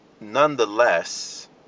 nonetheless